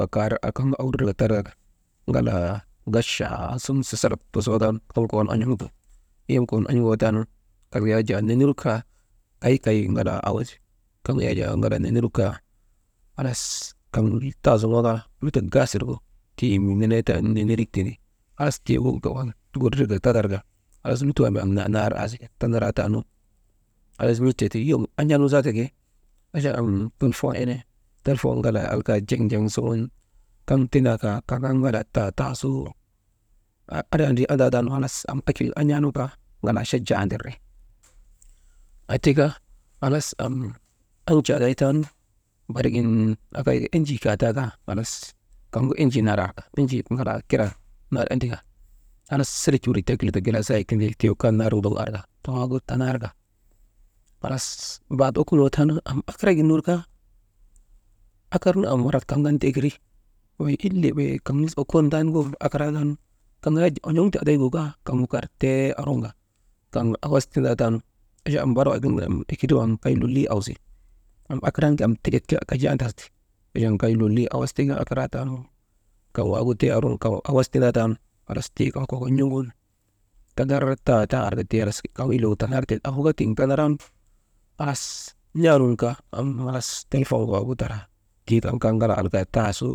Wa kar kaŋ awurir ka taraka, ŋalaa gachaa suŋun sasalak tosoo taanu, an̰oŋ te kokon on̰gootaanu, kaŋ yak jaa nenerigu kaa kay, kay ŋalaa awas yaajaa ŋalaa neneri gu kaa halas kaŋ taazuŋoo kaa lutok keyi «hesitation» nenerik tindi, halas tiigin kokon gurir ka tatarka, halas lutoo embee annaa nar aazika tanaraa taanu halas n̰ateeti, yom an̰ar nu zaata ke achan am telpon ene, telepon ŋalaa alkaa jeŋ, jeŋ suŋun kaŋ tindaa kaa kaŋ kan ŋalaa ta, ta suk, haa andri drii anndaataanu halas am akil an̰aa taanu, ŋalaa chajaa andindri. Aatika halas am an̰tee aday taanu, barigin akayka enjii kaataa kaa halas kaŋgu enjii nar arka enjii ŋalaa kiraa nar endika, halas selij wir tindi lutok gilasaayek wir tikaa nar ndoŋu arka kaŋ waagu tanarka halas bat okunoo taanu am akara gin ner kaa, akarnu marat kaŋ kan ti ekeri wey ilee be kaŋ misil okondaataanu gobul akaraataanu kaŋ yak jaa on̰oŋ tee adaygu kaa, kaŋ kar tee orŋoka kaŋ awas tindaa taanu, achan bar waagunu am ekeri kay lolii awsi, am akara tanu, am teket ke lolii andasndi, achan kay lolii awas tika akaraatan nu, kaŋ waagu tee oroŋ ka kan awas tindaa taanu, halas tii kan kokon n̰ogun kadar ta, ta arka, tii halas kaŋ ileegu tanarte awuka tiŋgu tanaraanu, n̰aanun kaa halas telpon waagu daraa, tii kan kaa ŋalaa alka, alka taa su.